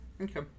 okay